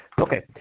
Okay